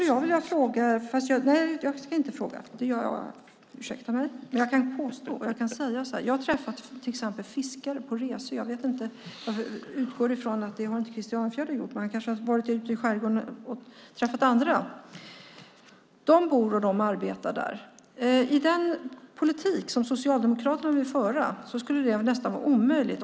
Jag har träffat fiskare på mina resor. Jag utgår från att Krister Örnfjäder inte har gjort det, men han har kanske varit ute i skärgården och träffat andra. Fiskarna bor och arbetar där. I den politik som Socialdemokraterna vill föra skulle det vara nästan omöjligt.